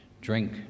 drink